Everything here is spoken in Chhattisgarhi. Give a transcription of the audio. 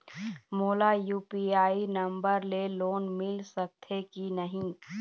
मोला यू.पी.आई नंबर ले लोन मिल सकथे कि नहीं?